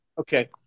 Okay